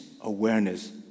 awareness